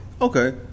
okay